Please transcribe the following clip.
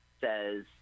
says